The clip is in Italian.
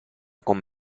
con